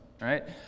right